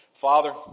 Father